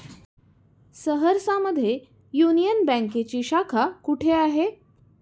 सहरसा मध्ये युनियन बँकेची शाखा कुठे आहे?